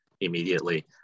immediately